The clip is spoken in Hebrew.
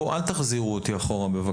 אל תחזירו אותי אחורה.